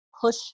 push